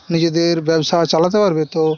নিজেদের ব্যবসা চালাতে পারবে তো